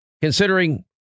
considering